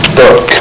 book